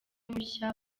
mushya